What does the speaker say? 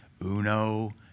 uno